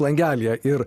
langelyje ir